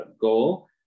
goal